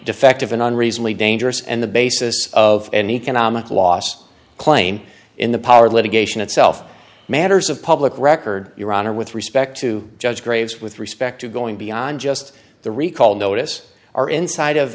defective an unreasonably dangerous and the basis of an economic loss claim in the power litigation itself matters of public record your honor with respect to judge graves with respect to going beyond just the recall notice are inside of